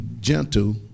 gentle